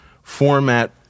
format